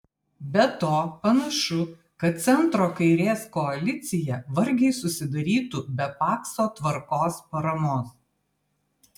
be to panašu kad centro kairės koalicija vargiai susidarytų be pakso tvarkos paramos